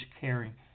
caring